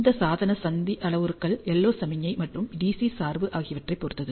இந்த சாதன சந்தி அளவுருக்கள் LO சமிக்ஞை மற்றும் DC சார்பு ஆகியவற்றைப் பொறுத்தது